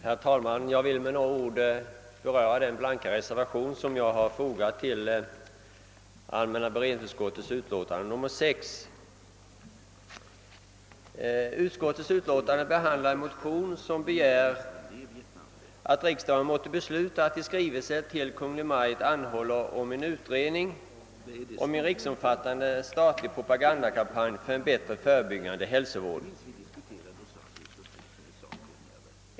Herr talman ! Jag vill med några ord beröra den blanka reservation, som jag fogat till allmänna beredningsutskottets utlåtande nr 6. måtte besluta att i skrivelse till Kungl. Maj:t anhålla om utredning om en riksomfattande statlig propagandakampanj för en bättre förebyggande hälsovård.